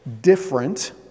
different